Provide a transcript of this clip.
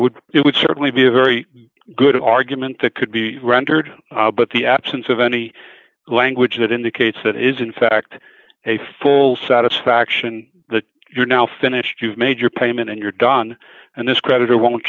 would it would certainly be a very good argument that could be rendered but the absence of any language that indicates that it is in fact a full satisfaction the you are now finished you've made your payment and you're done and this creditor won't